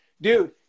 dude